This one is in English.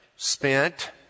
Spent